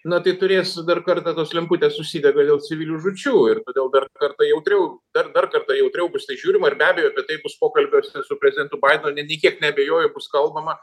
na tai turės dar kartą tos lemputės užsidega dėl civilių žūčių ir todėl dar kartą jautriau dar dar kartą jautriau bus į tai žiūrima ir be abejo apie tai bus pokalbiuose su prezidentu baidenu nė nė kiek neabejoju bus kalbama